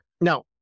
now